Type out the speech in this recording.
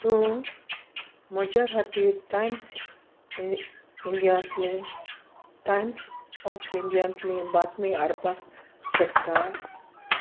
तूं म्हज्या खातीर टायम्स इंदियांतली टायम्स ऑफ इंदियांतली बातमी हाडपाक शकता